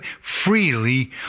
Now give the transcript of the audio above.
freely